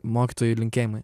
mokytojui linkėjimai